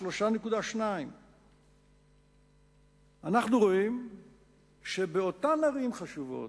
3.2. אנחנו רואים שבאותן ערים חשובות,